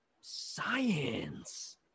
science